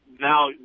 now